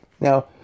Now